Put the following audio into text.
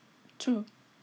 true